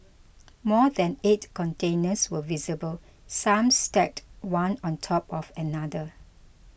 more than eight containers were visible some stacked one on top of another